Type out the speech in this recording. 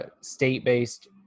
state-based